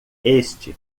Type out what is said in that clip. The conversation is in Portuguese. este